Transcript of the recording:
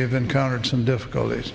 have encountered some difficulties